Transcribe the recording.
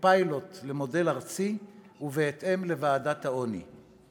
כפיילוט למודל ארצי ובהתאם להמלצות הוועדה למלחמה בעוני.